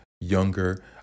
younger